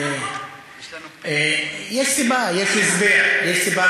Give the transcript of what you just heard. ויש סיבה, יש הסבר.